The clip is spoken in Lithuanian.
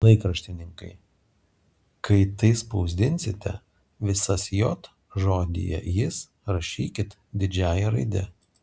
laikraštininkai kai tai spausdinsite visas j žodyje jis rašykit didžiąja raide